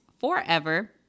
forever